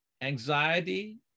anxiety